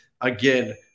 again